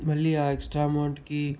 మళ్ళీ ఆ ఎక్స్ట్రా అమౌంట్కి